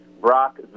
Brock